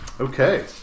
Okay